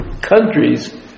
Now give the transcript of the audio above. countries